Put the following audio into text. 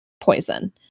poison